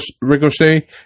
Ricochet